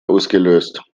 ausgelöst